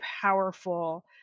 powerful